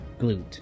Glute